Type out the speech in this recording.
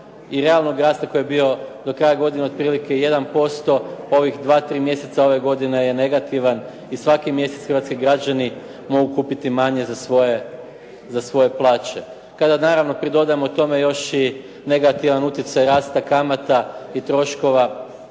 i realnog rasta koji je bio do kraja godine otprilike 1%, ovih 2, 3 mjeseca ove godine je negativan i svaki mjesec hrvatski građani mogu kupiti manje za svoje plaće. Kada naravno pridodamo tome još i negativan utjecaj rasta kamata i troškova